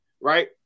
Right